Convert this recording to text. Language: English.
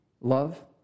love